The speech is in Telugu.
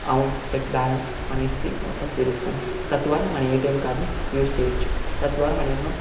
అమౌంట్ చెక్ బ్యాలెన్స్ మన హిస్టరీ మొత్తం చూపిస్తుంది తద్వారా మన ఏటీఎం కార్డ్ ని యూస్ చేయొచ్చు తద్వారా మనం ఎన్నో